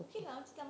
okay